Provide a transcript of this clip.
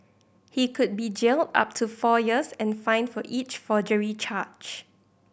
he could be jailed up to four years and fined for each forgery charge